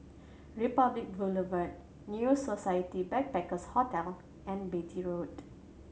Republic Boulevard New Society Backpackers' Hotel and Beatty Road